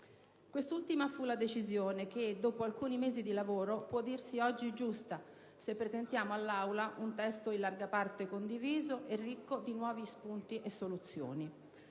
Quest'ultima fu la decisione che, dopo alcuni mesi di lavoro, può dirsi oggi giusta se presentiamo all'Aula un testo in larga parte condiviso e ricco di nuovi spunti e soluzioni.